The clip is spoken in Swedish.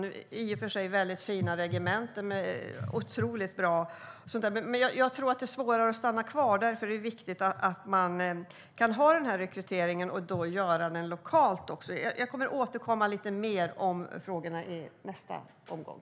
Det är i och för sig väldigt fina och otroligt bra regementen, men jag tror att det blir svårare att stanna kvar, och därför är det viktigt att man kan ha den här rekryteringen lokalt. Jag kommer att återkomma till dessa frågor i nästa omgång.